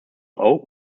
oak